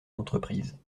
d’entreprise